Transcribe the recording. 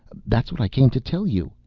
that's what i came to tell you.